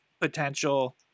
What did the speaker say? potential